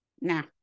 now